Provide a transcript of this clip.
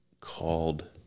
called